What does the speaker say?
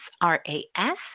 R-A-S